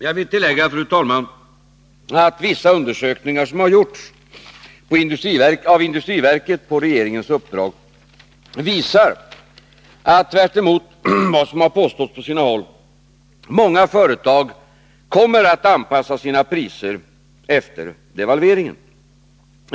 Jag vill tillägga att vissa undersökningar som industriverket har gjort på regeringens uppdrag visar att många företag, tvärtemot vad som på sina håll har påståtts, kommer att anpassa sina priser efter devalveringen.